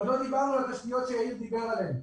ועוד לא דיברנו על התשתיות שיאיר פינס דיבר עליהן,